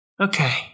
okay